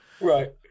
right